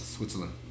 Switzerland